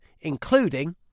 including